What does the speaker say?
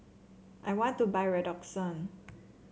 I want to buy Redoxon